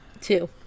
Two